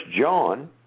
John